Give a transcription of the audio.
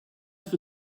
for